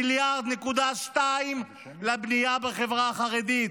1.2 מיליארד לבנייה בחברה החרדית.